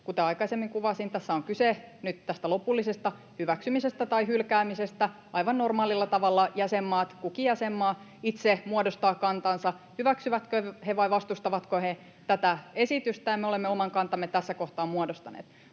Kuten aikaisemmin kuvasin, tässä on kyse nyt tästä lopullisesta hyväksymisestä tai hylkäämisestä. Aivan normaalilla tavalla jäsenmaat, kukin jäsenmaa, itse muodostavat kantansa, hyväksyvätkö he vai vastustavatko he tätä esitystä, ja me olemme oman kantamme tässä kohtaa muodostaneet.